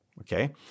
okay